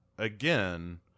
Again